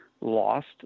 lost